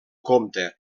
compte